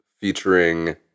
featuring